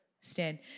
Stand